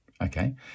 okay